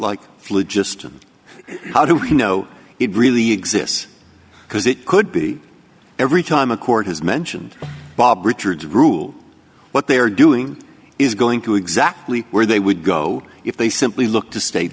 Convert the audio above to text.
like flu just how do we know it really exists because it could be every time a court has mentioned bob richards rule what they are doing is going through exactly where they would go if they simply look to state